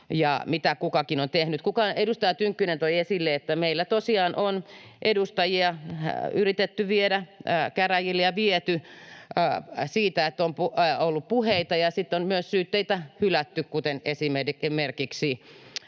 mitä kukakin on tehnyt. Edustaja Tynkkynen toi esille, että meillä tosiaan on edustajia yritetty viedä käräjille, ja viety, siitä, että on ollut puheita, ja sitten on myös syytteitä hylätty, kuten esimerkiksi